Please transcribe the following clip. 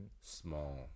small